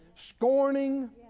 scorning